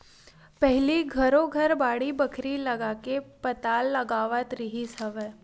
पहिली घरो घर बाड़ी बखरी लगाके पताल लगावत रिहिस हवय